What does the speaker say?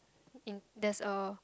in there's a